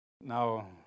Now